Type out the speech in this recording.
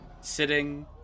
sitting